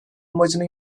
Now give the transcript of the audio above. amacına